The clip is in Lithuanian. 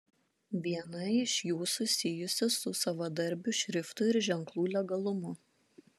viena iš jų susijusi su savadarbių šriftų ir ženklų legalumu